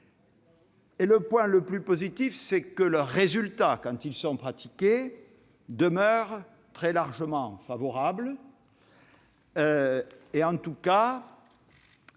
et le point le plus positif, c'est que leur résultat, quand ils sont pratiqués, demeure très largement favorable. En tout cas,